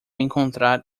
encontrar